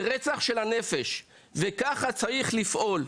זה רצח של הנפש, וכך צריך לפעול.